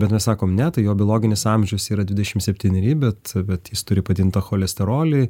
bet mes sakom ne tai jo biologinis amžius yra dvidešimt septyneri bet bet jis turi padidintą cholesterolį